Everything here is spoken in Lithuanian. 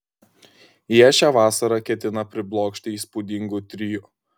jie šią vasarą ketina priblokšti įspūdingu trio